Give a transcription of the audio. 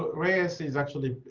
reyes is actually